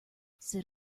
sit